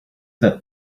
that